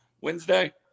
Wednesday